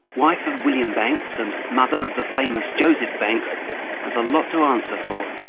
wife of william banks and mother of the famous joseph banks has a lot to answer for.